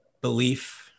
belief